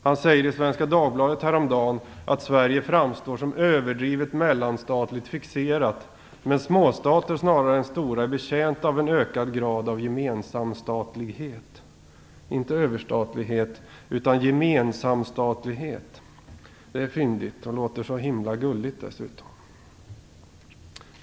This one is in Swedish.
Han säger i Svenska Dagbladet häromdagen att Sverige framstår som överdrivet mellanstatligt fixerat men att småstater snarare än stora är betjänta av en ökad grad av gemensamstatlighet, inte överstatlighet utan gemensamstatlighet. Det är fyndigt och låter så himla gulligt dessutom.